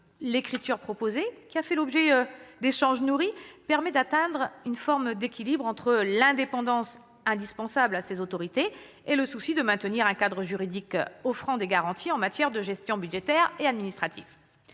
l'écriture proposée, qui a fait l'objet d'échanges nourris, permet d'atteindre une forme d'équilibre entre l'indépendance indispensable à ces autorités et le souci de maintenir un cadre juridique offrant des garanties en matière de gestion budgétaire et administrative.